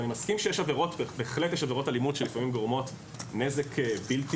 אני מסכים שבהחלט יש עבירות אלימות שלפעמים גורמות נזק בלתי